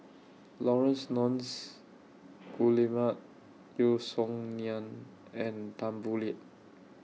Laurence Nunns Guillemard Yeo Song Nian and Tan Boo Liat